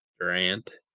Durant